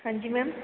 ਹਾਂਜੀ ਮੈਮ